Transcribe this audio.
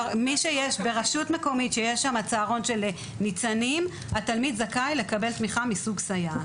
ברשות מקומית שיש צהרון של ניצנים התלמיד זכאי לקבל תמיכה מסוג סייעת.